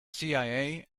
cia